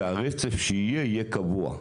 והרצף שיהיה יהיה קבוע.